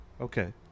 Okay